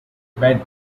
bed